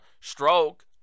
stroke